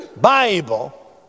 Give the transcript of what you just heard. Bible